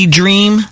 dream